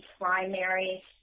primary